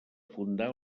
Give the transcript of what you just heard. fundar